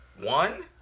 One